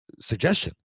suggestion